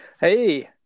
Hey